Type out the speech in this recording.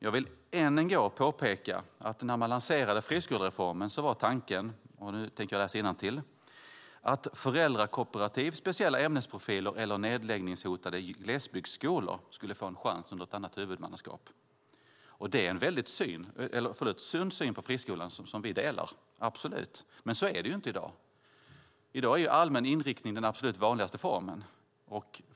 Jag vill än en gång påpeka att när man lanserade friskolereformen var tanken att "föräldrakooperativ, speciella ämnesprofiler eller nedläggningshotade glesbygdsskolor" skulle få en chans under ett annat huvudmannaskap. Det är en väldigt sund syn på friskolan som vi delar, absolut. Men så är det inte i dag. I dag är allmän inriktning den absolut vanligaste formen.